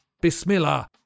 Bismillah